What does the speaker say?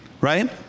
right